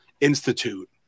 Institute